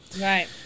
Right